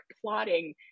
plotting